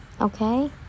okay